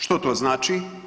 Što to znači?